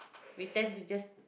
we tend to just